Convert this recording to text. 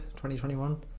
2021